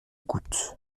coûte